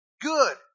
good